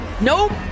Nope